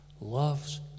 loves